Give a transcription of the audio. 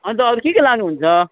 अन्त अरू के के लानुहुन्छ